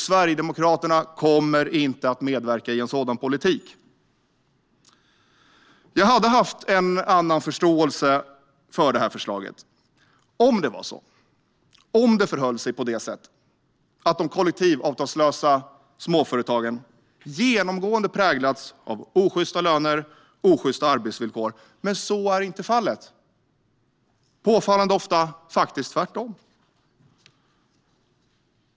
Sverigedemokraterna kommer inte att medverka till en sådan politik. Jag hade haft en annan förståelse för detta förslag om det var så att de kollektivavtalslösa småföretagen genomgående hade präglats av osjysta löner och osjysta arbetsvillkor. Men så är inte fallet. Påfallande ofta är det tvärtom.